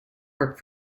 work